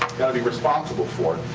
gotta be responsible for it,